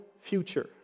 future